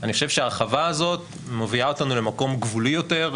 אני חושב שההרחבה הזאת מביאה אותנו למקום גבולי יותר,